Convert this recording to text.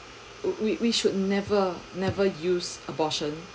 we we should never never use abortion